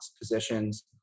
positions